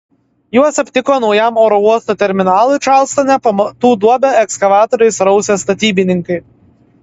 juos aptiko naujam oro uosto terminalui čarlstone pamatų duobę ekskavatoriais rausę statybininkai